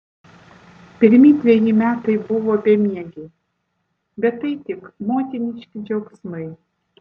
pirmi dveji metai buvo bemiegiai bet tai tik motiniški džiaugsmai